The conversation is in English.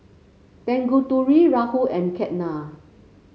Tanguturi Rahul and Ketna